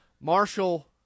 Marshall